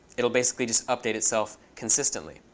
it'll basically just update itself consistently.